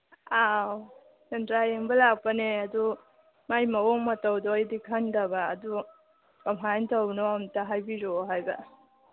ꯑꯥꯎ ꯁꯦꯟꯗ꯭ꯔꯥ ꯌꯦꯡꯕ ꯂꯥꯛꯄꯅꯦ ꯑꯗꯨ ꯃꯥꯒꯤ ꯃꯑꯣꯡ ꯃꯇꯧꯗꯣ ꯑꯩꯗꯤ ꯈꯪꯗꯕ ꯑꯗꯨ ꯀꯃꯥꯏ ꯇꯧꯕꯅꯣ ꯑꯃꯨꯛꯇ ꯍꯥꯏꯕꯤꯔꯛꯑꯣ ꯍꯥꯏꯕ